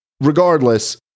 regardless